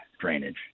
drainage